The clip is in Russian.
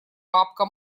бабка